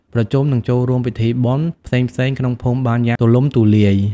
ប្រជុំ និងចូលរួមពិធីបុណ្យផ្សេងៗក្នុងភូមិបានយ៉ាងទូលំទូលាយ។